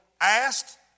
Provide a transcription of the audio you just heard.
asked